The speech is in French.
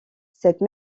cette